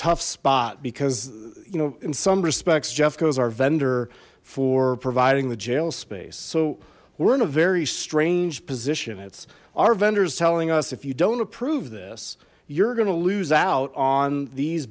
tough spot because you know in some respects jeff chose our vendor for providing the jail space so we're in a very strange position it's our vendors telling us if you don't approve this you're gonna lose out on these